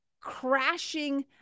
crashing